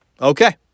Okay